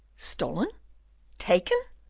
stolen taken?